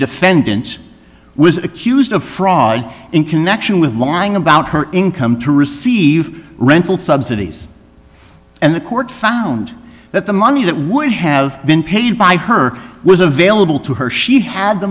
defendant was accused of fraud in connection with lying about her income to receive rental subsidies and the court found that the money that would have been paid by her was available to her she had the